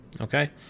Okay